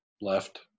left